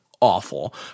awful